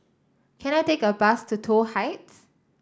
can I take a bus to Toh Heights